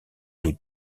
les